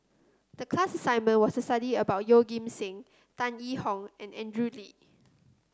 the class assignment was to study about Yeoh Ghim Seng Tan Yee Hong and Andrew Lee